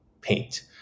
paint